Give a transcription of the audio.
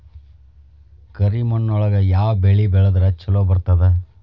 ಕರಿಮಣ್ಣೊಳಗ ಯಾವ ಬೆಳಿ ಬೆಳದ್ರ ಛಲೋ ಬರ್ತದ?